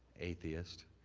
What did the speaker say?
atheist,